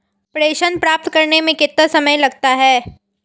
प्रेषण प्राप्त करने में कितना समय लगता है?